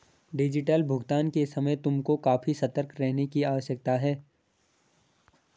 digital भुगतान के समय तुमको काफी सतर्क रहने की आवश्यकता है